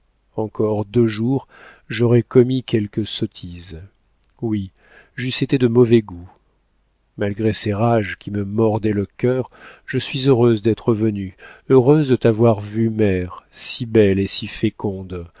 encore deux jours j'aurais commis quelque sottise oui j'eusse été de mauvais goût malgré ces rages qui me mordaient le cœur je suis heureuse d'être venue heureuse de t'avoir vue mère si belle et si féconde